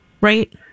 Right